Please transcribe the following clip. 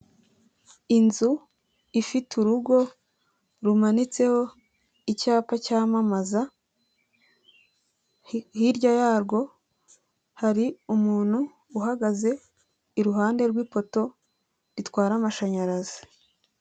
Inzu ifite urugo rumanitseho icyapa cyamamaza, hirya yarwo hari umuntu uhagaze iruhande rw'ipoto ritwara amashanyarazi.